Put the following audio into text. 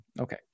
Okay